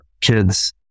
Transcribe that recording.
kids